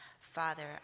Father